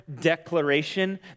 declaration